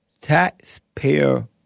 Taxpayer